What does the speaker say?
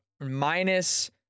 Minus